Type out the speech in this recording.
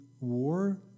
war